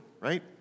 right